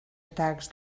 atacs